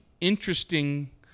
interesting